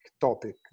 topic